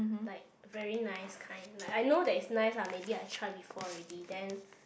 like very nice kind like I know that is nice lah maybe I try before already then